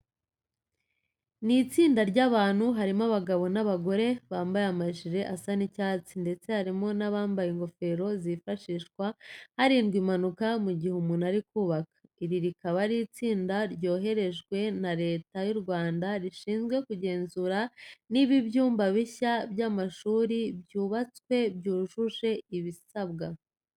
Ni itsinda ry'abantu harimo abagabo n'abagore, bambaye amajire asa icyatsi ndetse harimo n'abambaye ingofero zifashishwa hirindwa impanuka mu gihe umuntu ari kubaka. Iri rikaba ari itsinda ryoherejwe na Leta y'u Rwanda rishinzwe kugenzura niba ibyumba bishya by'amashuri byubatswe byujuje ibisabwa.